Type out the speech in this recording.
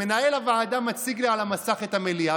מנהל הוועדה מציג לי על המסך את המליאה,